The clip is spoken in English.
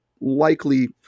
likely